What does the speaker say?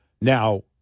Now